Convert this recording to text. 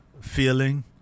feeling